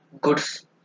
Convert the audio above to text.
goods